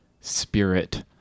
spirit